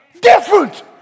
Different